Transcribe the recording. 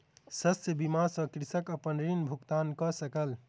शस्य बीमा सॅ कृषक अपन ऋण भुगतान कय सकल